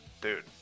dude